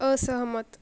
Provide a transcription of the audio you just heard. असहमत